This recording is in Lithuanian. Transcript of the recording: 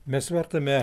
mes vartome